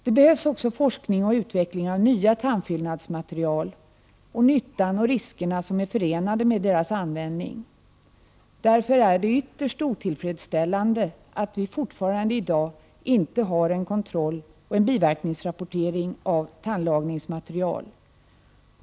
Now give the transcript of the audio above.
Det behövs också utveckling av nya tandfyllnadsmaterial och forskning om den nytta och de risker som är förenade med deras användning. Det är ytterst otillfredsställande att vi i dag inte har en kontroll och en biverkningsrapportering när det gäller tandlagningsmaterial.